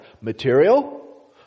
material